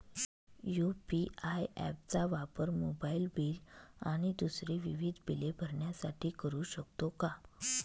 UPI app चा वापर mobile bill आणि दुसरी विविध बिले भरण्यासाठी करू शकतो का?